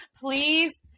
please